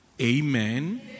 Amen